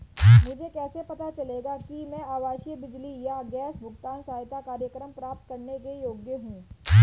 मुझे कैसे पता चलेगा कि मैं आवासीय बिजली या गैस भुगतान सहायता कार्यक्रम प्राप्त करने के योग्य हूँ?